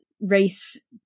race